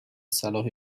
صلاح